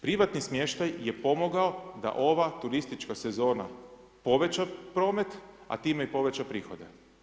Privatni smještaj je pomogao da ova turistička sezona poveća promet a time i poveća prihode.